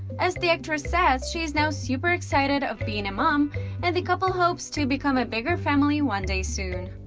as the actress says, she is now super excited of being mom and the couple hopes to become a bigger family one day soon.